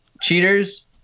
cheaters